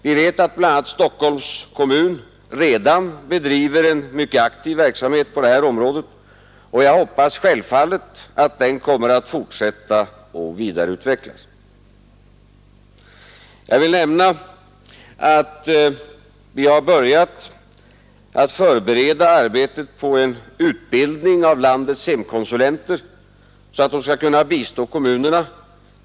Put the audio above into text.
Vi vet att bl.a. Stockholms kommun redan bedriver en mycket aktiv verksamhet på det här området, och jag hoppas självfallet att den kommer att fortsätta och vidareutvecklas. Jag vill nämna att vi har börjat förbereda arbetet på en utbildning av landets hemkonsulenter för att de skall kunna bistå kommunerna.